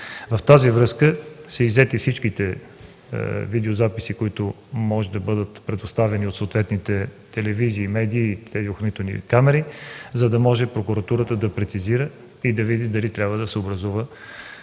с това са иззети всичките видеозаписи, които може да бъдат предоставени, от съответните телевизии, медии и тези охранителни камери, за да може прокуратурата да прецизира и да види дали трябва да се образува